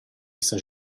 essa